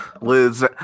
liz